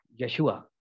Yeshua